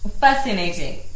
fascinating